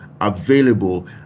available